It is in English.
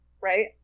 right